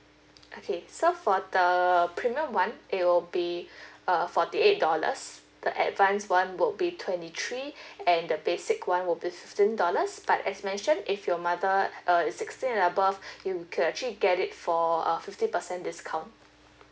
okay so for the premium [one] it will be uh forty eight dollars the advanced [one] will be twenty three and the basic [one] will be fifteen dollars but as mention if your mother uh is sixty and above you could actually get it for a fifty percent discount